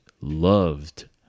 loved